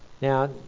Now